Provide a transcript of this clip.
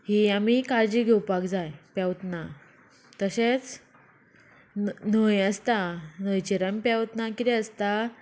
ही आमी काळजी घेवपाक जाय पेंवतना तशेंच न्हंय आसता न्हंयचेर आमी पेंवतना कितें आसता